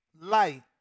light